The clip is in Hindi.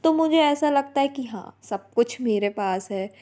तो मुझे ऐसा लगता है कि हाँ सब कुछ मेरे पास है